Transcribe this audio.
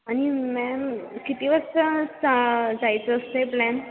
आणि मॅम किती वाजता असा जायचं असतेय प्लॅन